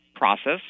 process